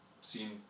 seen